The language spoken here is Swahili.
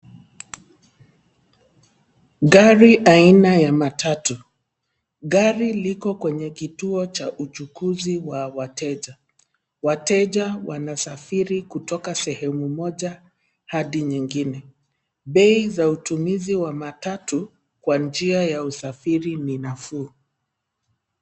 Gari aina ya matatu. Gari liko kwenye kituo cha uchukuzi wa wateja. Wateja wanasafiri kutoka sehemu moja hadi nyingine. Bei za utumizi wa matatu kwa njia ya usafiri ni nafuu.